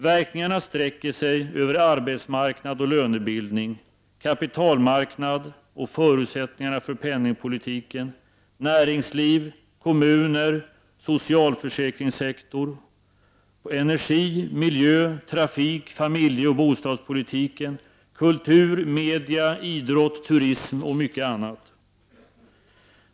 Verkningarna sträcker sig över arbetsmarknad och lönebildning, kapitalmarknad och förutsättningarna för penningpolitiken, näringsliv, kommuner och socialförsäkringssektor, energi-, miljö-, trafik-, familjeoch bostadspolitik, kultur, media, idrott, turism och mycket annat.